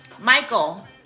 Michael